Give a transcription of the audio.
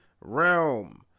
Realm